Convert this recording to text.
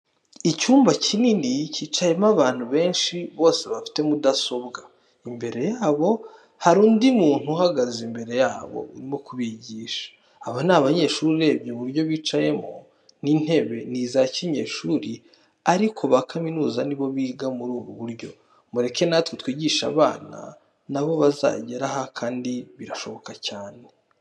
Icyumba kinini kicayemo abantu benshi bose bafite mudasobwa, imbere yabo hari n'undi muntu uhagaze imbere yabo, arimo kubigisha. Aba ni abanyeshuri urebye uburyo bicayemo, n'intebe ni izakinyeshuri ariko ba kaminuza nibo biga muri ubu buryo. Mureke natwe twigishe abana nabo bazagere aha, kandi birashoboka cyane.